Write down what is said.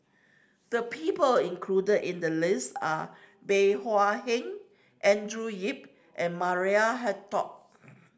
the people included in the list are Bey Hua Heng Andrew Yip and Maria Hertogh